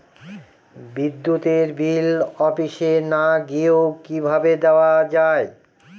বিদ্যুতের বিল অফিসে না গিয়েও কিভাবে দেওয়া য়ায়?